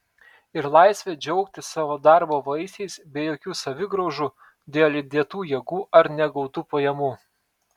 ir laisvę džiaugtis savo darbo vaisiais be jokių savigraužų dėl įdėtų jėgų ar negautų pajamų